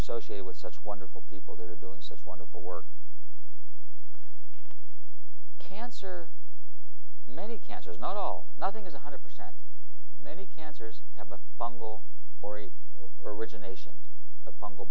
associated with such wonderful people that are doing such wonderful work cancer many cancers not all nothing is one hundred percent many cancers have a fungal ory origination of fungal